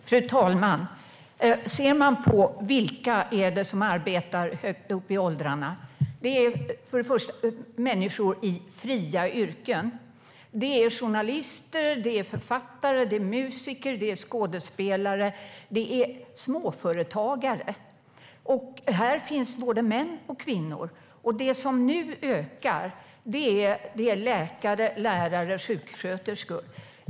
Fru talman! Vilka är det som arbetar högt upp i åldrarna? Det är människor i fria yrken. Det är journalister, författare, musiker, skådespelare och småföretagare. Här finns både män och kvinnor. De yrkeskategorier som nu ökar är läkare, lärare och sjuksköterskor.